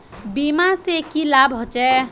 बीमा से की लाभ होचे?